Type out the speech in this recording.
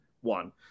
One